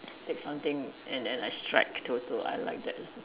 take something and then I strike Toto I like that also